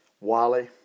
Wally